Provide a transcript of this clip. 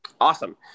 Awesome